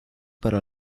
para